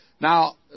Now